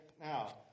Now